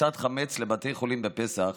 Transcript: הכנסת חמץ לבתי חולים בפסח